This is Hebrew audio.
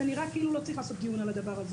זה נראה כאילו לא צריך לעשות דיון על הדבר הזה